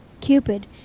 Cupid